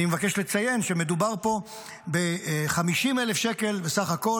אני מבקש לציין שמדובר פה ב-50,000 שקל בסך הכול.